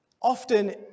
often